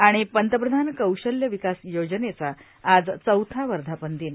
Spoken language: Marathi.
आणि पंतप्रधान कौशल्य विकास योजनेचा आज चौथा वर्धापन दिन